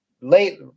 late